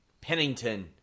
Pennington